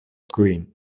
green